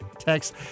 text